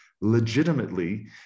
legitimately